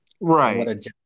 Right